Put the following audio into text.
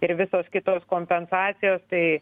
ir visos kitos kompensacijos tai